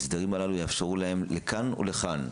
ההסדרים הללו יאפשרו להם לכאן או לכאן,